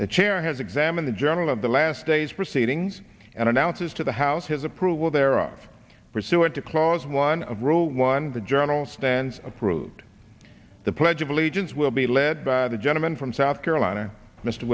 the chair has examined the journal of the last days proceedings and announces to the house his approval there are pursuant to clause one of row one the journal stands approved the pledge of allegiance will be led by the gentleman from south carolina mr